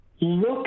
look